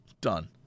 Done